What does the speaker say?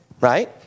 right